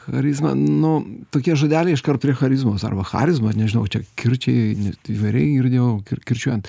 charizma nu tokie žodeliai iškart turi charizmos arba charizmos nežinau čia kirčiai net įvairiai girdėjau kir kirčiuojant